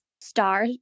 star